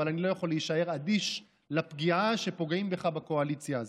אבל אני לא יכול להישאר אדיש לפגיעה שפוגעים בך בקואליציה הזאת.